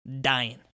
dying